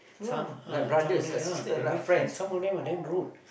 some uh some of them ya they're very and some of them damn rude